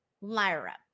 Lyra